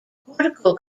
cortical